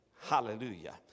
Hallelujah